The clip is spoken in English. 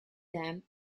them